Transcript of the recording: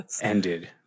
Ended